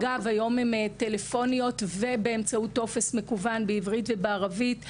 אגב היום הן טלפוניות ובאמצעות טופס מקוון בעברית וערבית,